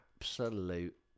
absolute